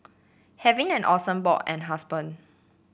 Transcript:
having an awesome bod and husband